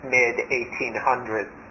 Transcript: mid-1800s